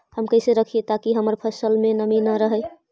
हम कैसे रखिये ताकी हमर फ़सल में नमी न रहै?